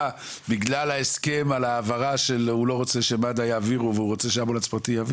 בגלל הסכם על העברה ובגלל שהוא רוצה אמבולנס פרטי.